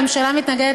הממשלה מתנגדת,